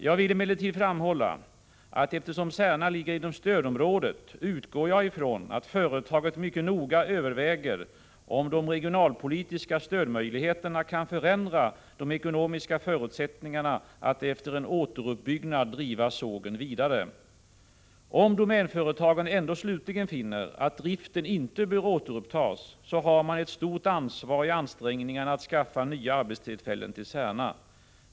Jag vill emellertid framhålla att eftersom Särna ligger inom stödområdet utgår jag ifrån att företaget mycket noga överväger om de regionalpolitiska stödmöjligheterna kan förändra de ekonomiska förutsättningarna att efter en återuppbyggnad driva sågen vidare. Om Domänföretagen ändå slutligen finner att driften inte bör återupptas, har man ett stort ansvar i ansträngningarna att skaffa nya arbetstillfällen till Särna.